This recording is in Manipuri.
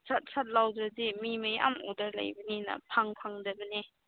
ꯁꯠ ꯁꯠ ꯂꯧꯗ꯭ꯔꯗꯤ ꯃꯤ ꯃꯌꯥꯝ ꯑꯣꯗꯔ ꯂꯩꯕꯅꯤꯅ ꯐꯪꯗꯕꯅꯦ